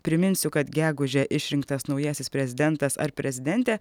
priminsiu kad gegužę išrinktas naujasis prezidentas ar prezidentė